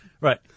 Right